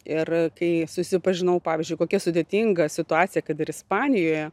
ir kai susipažinau pavyzdžiui kokia sudėtinga situacija kad ir ispanijoje